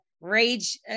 rage